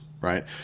right